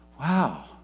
Wow